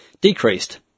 decreased